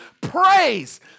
Praise